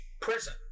prison